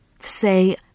Say